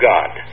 God